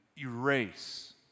erase